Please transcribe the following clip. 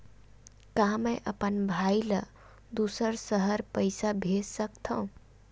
का मैं अपन भाई ल दुसर शहर पईसा भेज सकथव?